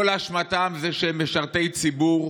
כל אשמתם היא שהם משרתי ציבור,